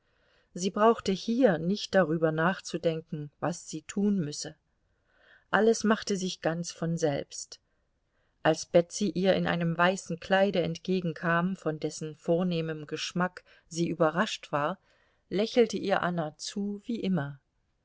sie brauchte hier nicht darüber nachzudenken was sie tun müsse alles machte sich ganz von selbst als betsy ihr in einem weißen kleide entgegenkam von dessen vornehmem geschmack sie überrascht war lächelte ihr anna zu wie immer